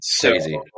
Crazy